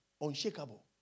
Unshakable